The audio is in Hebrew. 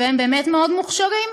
והם באמת מאוד מוכשרים,